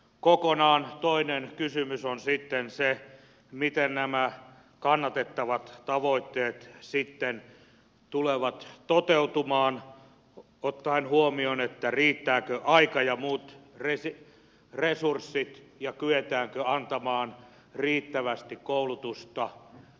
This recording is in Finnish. kokonaan toinen kysymys on sitten se miten nämä kannatettavat tavoitteet tulevat toteutumaan ottaen huomioon riittävätkö aika ja muut resurssit ja kyetäänkö antamaan riittävästi koulutusta